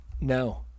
No